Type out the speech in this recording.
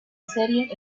serie